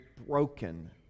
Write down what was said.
broken